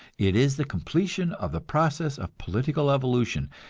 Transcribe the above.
it is the completion of the process of political evolution,